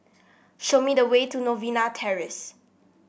show me the way to Novena Terrace